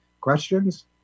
Questions